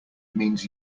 means